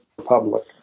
Public